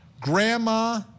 Grandma